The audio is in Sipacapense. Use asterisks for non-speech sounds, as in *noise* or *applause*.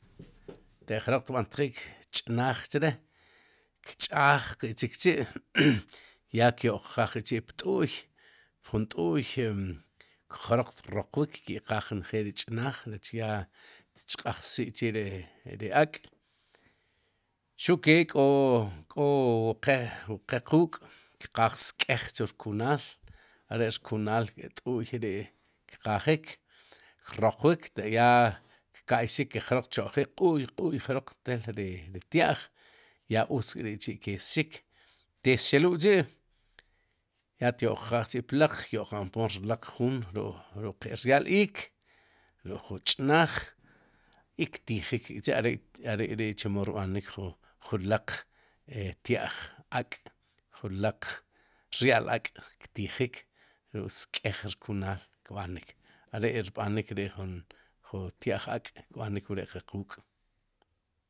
Taq jroq tb'antjik ch'naaj chre kch'aaj que chikchi' *noise* ya kyo'q qaaj k'chi'pt'u'y pjun t'u'y e jroq troqewik ki' qaaj njeel ri ch'naaj rech ya tchq'ajxik chi'ri ak' xuq ke k'o k'o qe wu qe quuk' kqaaj sk'eej chu rkunaal are rkunaal t'u'y ri kqajik kroqwik te ya kka'yx jroq tcheq'jik q'uy q'uy jrok tel ri tya'j ya utz k'ri'chi'kexxik texxelul k'chi'yaa tyo'q qaaj k'chi' plaq kyo'qaampoon rlaq juun ruk' qe ryál iik ruk'jun ch'naaj i ktijik kçhi'are are ri chemo rb'anik ju julaq e tya'j ak' ju laq rya'l ak'ktijik ruk'sk'ej rkunal kb'anik. are rb'anik ri'jun tya'j ak' kb'anik wre'qe quuk'.